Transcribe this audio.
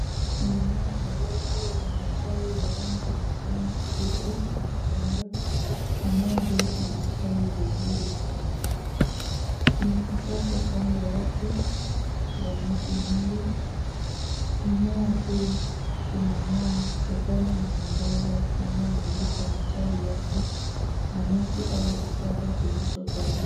Ni mmea mrefu wenye matawi ya rangi ya kijani kibichi mwembamba. Mmea huu unastawi vizuri. Kuna kichaka kando yake wa miti mingi. Mmea huu unang'aa kutokana na mwangaza unaomulika matawi yake na miti au kichaka kilichokaribu.